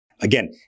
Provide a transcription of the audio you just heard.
Again